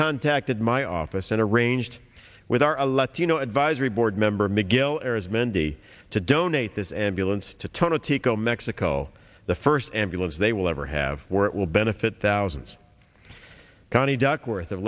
contacted my office and arranged with our a latino advisory board member miguel as mandy to donate this ambulance to turn a teco mexico the first ambulance they will ever have where it will benefit thousands connie duckworth of